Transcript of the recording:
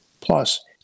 Plus